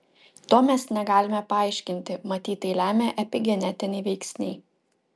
to mes negalime paaiškinti matyt tai lemia epigenetiniai veiksniai